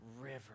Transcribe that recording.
River